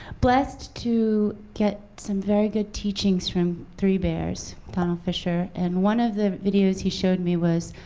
blessed to get some very good teachings from three bears, donald fisher. and one of the videos he showed me was